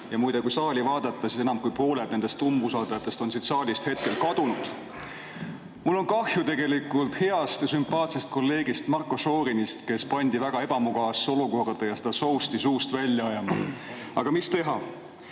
Ja muide, kui saali vaadata, siis enam kui pooled umbusaldajatest on siit saalist hetkel kadunud. Mul on kahju tegelikult heast ja sümpaatsest kolleegist Marko Šorinist, kes pandi väga ebamugavasse olukorda ja seda sousti suust välja ajama. Aga mis teha.